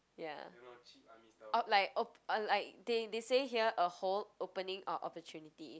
ya orh like oh like they they say here a hole opening or opportunity